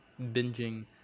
binging